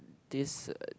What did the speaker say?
this